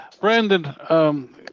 Brandon